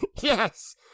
Yes